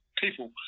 people